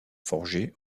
forgé